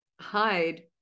hide